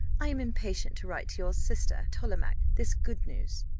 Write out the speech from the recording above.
i am impatient to write to your sister tollemache this good news.